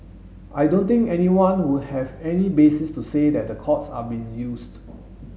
I don't think anyone would have any basis to say that the courts are being used